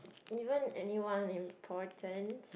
even anyone important